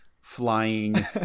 flying